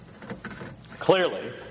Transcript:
clearly